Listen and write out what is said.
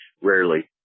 rarely